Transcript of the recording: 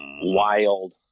wild